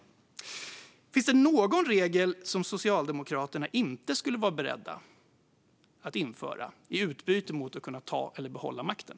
Min fråga är: Finns det någon regel som Socialdemokraterna inte skulle vara beredda att införa i utbyte mot att kunna ta eller behålla makten?